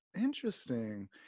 interesting